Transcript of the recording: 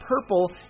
PURPLE